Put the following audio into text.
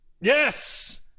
yes